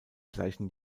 gleichen